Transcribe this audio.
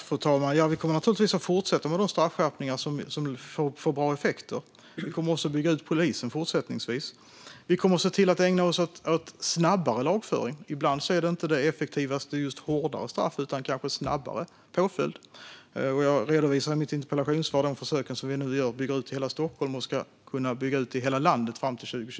Fru talman! Vi kommer givetvis att fortsätta med de straffskärpningar som ger bra effekt. Vi kommer också att fortsätta att bygga ut polisen. Vi satsar även på snabbare lagföring. Ibland är det effektivaste kanske inte hårdare straff utan snabbare påföljd. I mitt interpellationssvar redogjorde jag för de försök vi nu gör. Vi går först ut i hela Stockholm, och 2022 ska vi ha byggt ut det i hela landet.